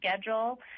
schedule